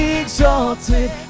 exalted